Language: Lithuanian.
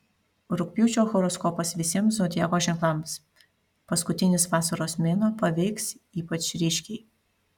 rugpjūčio horoskopas visiems zodiako ženklams paskutinis vasaros mėnuo paveiks ypač ryškiai